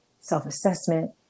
self-assessment